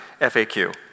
FAQ